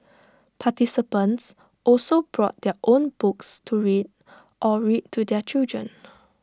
participants also brought their own books to read or read to their children